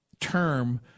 term